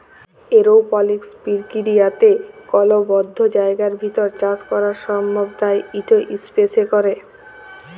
এরওপলিক্স পর্কিরিয়াতে কল বদ্ধ জায়গার ভিতর চাষ ক্যরা সম্ভব তাই ইট ইসপেসে ক্যরে